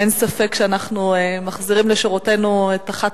אין ספק שאנחנו מחזירים לשורותינו את אחת